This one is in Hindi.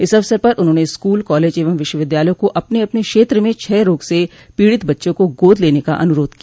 इस अवसर पर उन्होंने स्कूल कॉलेज एवं विश्वविद्यालयों को अपने अपने क्षत्र में क्षय रोग से पीड़ित बच्चों को गोद लेने का अनुरोध किया